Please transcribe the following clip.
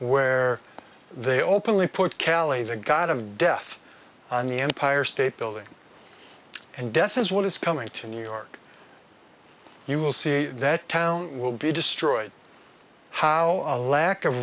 where they openly put kelly the god of death on the empire state building and death is what is coming to new york you will see that town will be destroyed how a lack of